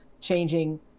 changing